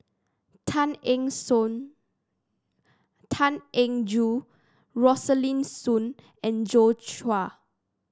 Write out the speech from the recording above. Tan Eng Joo Rosaline Soon and Joi Chua